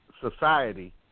society